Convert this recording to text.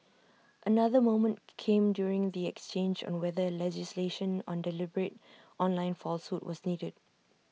another moment came during the exchange on whether legislation on deliberate online falsehood was needed